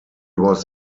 was